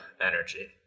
energy